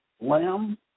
Lamb